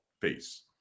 peace